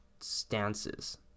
stances